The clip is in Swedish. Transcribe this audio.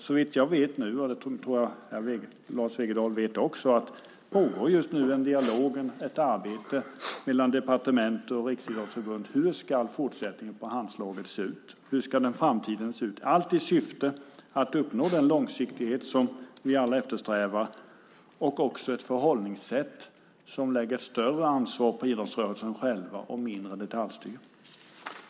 Såvitt jag vet nu, och det tror jag att Lars Wegendal vet också, pågår det just nu en dialog, ett arbete mellan departement och riksidrottsförbund om hur fortsättningen på Handslaget ska se ut, hur det i framtiden ska se ut, allt i syfte att uppnå den långsiktighet som vi alla eftersträvar och också ett förhållningssätt som lägger större ansvar på idrottsrörelsen själv med mindre detaljstyrning.